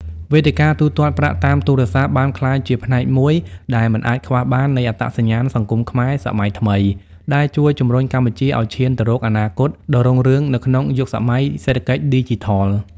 វេទិកាទូទាត់ប្រាក់តាមទូរស័ព្ទបានក្លាយជាផ្នែកមួយដែលមិនអាចខ្វះបាននៃអត្តសញ្ញាណសង្គមខ្មែរសម័យថ្មី ដែលជួយជម្រុញកម្ពុជាឱ្យឈានទៅរកអនាគតដ៏រុងរឿងនៅក្នុងយុគសម័យសេដ្ឋកិច្ចឌីជីថល។